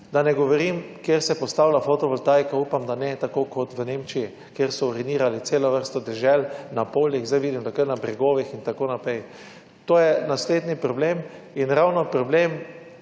da ne govorim, kjer se postavlja fotovoltaika. Upam, da ne tako kot v Nemčiji, kjer so urinirali celo vrsto dežel na poljih sedaj vidim, da kar na bregovih in tako naprej. To je naslednji problem in ravno problem